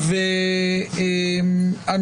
תודה לכל מי שהצטרף לדיון החשוב.